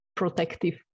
protective